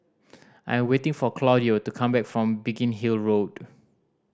I am waiting for Claudio to come back from Biggin Hill Road